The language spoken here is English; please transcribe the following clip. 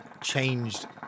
changed